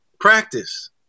Practice